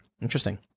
Interesting